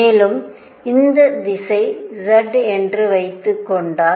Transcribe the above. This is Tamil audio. மேலும் இந்த திசை z என்று வைத்துக்கொண்டாள்